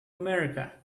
america